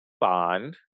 bond